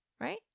right